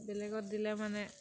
বেলেগত দিলে মানে